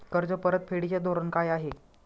कर्ज परतफेडीचे धोरण काय आहे?